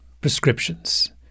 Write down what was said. prescriptions